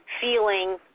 feeling